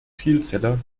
vielzeller